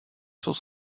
sur